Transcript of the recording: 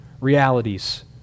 realities